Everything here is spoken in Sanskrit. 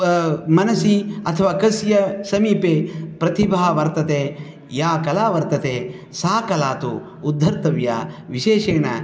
मनसि अथवा कस्य समीपे प्रतिभा वर्तते या कला वर्तते सा कला तु उद्धर्तव्या विशेषेण